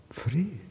free